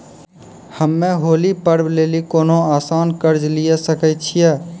हम्मय होली पर्व लेली कोनो आसान कर्ज लिये सकय छियै?